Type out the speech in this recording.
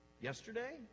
Yesterday